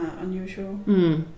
unusual